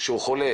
שהוא חולה